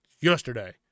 yesterday